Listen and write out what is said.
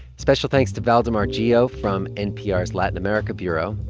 special thanks to valdemar geo from npr's latin america bureau,